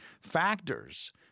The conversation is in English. factors